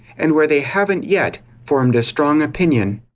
and where they haven't yet formed a strong opinion.